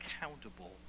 accountable